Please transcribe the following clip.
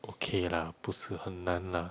okay lah 不是很难 lah